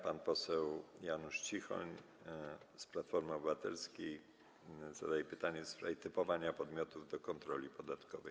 Pan poseł Janusz Cichoń z Platformy Obywatelskiej zadaje pytanie w sprawie typowania podmiotów do kontroli podatkowej.